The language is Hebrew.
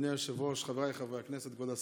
אדוני היושב-ראש, חבריי חברי הכנסת, כבוד השר,